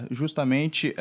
justamente